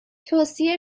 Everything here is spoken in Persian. توصیه